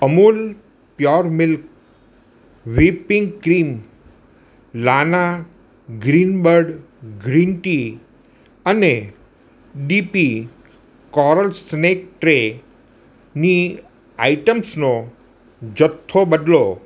Amul pure milk whipping cream લાના greenbud green tea અને BP coral snack ટ્રેની આઇટમ્સનો જથ્થો બદલો